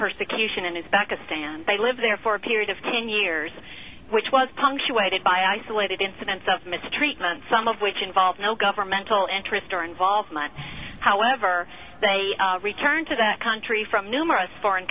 persecution in his pakistan they live there for a period of ten years which was punctuated by isolated incidents of mistreatment some of which involved no governmental interest or involvement however they returned to the country from numerous foreign